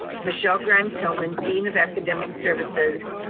michelle grimes-hillman, dean of academic services,